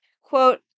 Quote